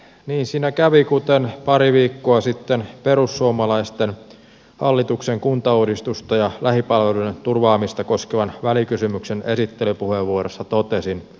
niin siinä kävi kuin pari viikkoa sitten hallituksen kuntauudistusta ja lähipalveluiden turvaamista koskevan perussuomalaisten välikysymyksen esittelypuheenvuorossa totesin